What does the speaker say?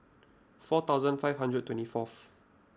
four thousand five hundred and twenty four